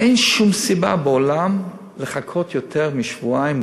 אין שום סיבה בעולם לחכות יותר משבועיים,